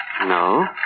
No